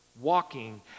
walking